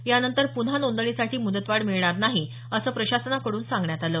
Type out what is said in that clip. यानंतर पुन्हा नोंदणीसाठी मुदतवाढ मिळणार नाही असं प्रशासनाकडून सांगण्यात आलं